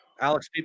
Alex